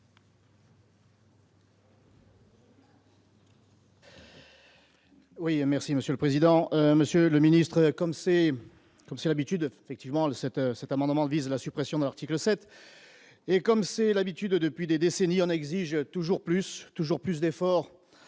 merci monsieur le président, Monsieur le ministre, comme c'est comme si habitude effectivement le 7, cet amendement vise la suppression de l'article 7 et comme c'est l'habitude depuis des décennies on exige toujours plus, toujours